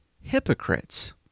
hypocrites